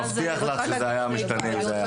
מבטיח לך שזה היה משתנה אם זה היה אחרת.